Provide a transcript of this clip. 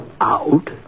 Out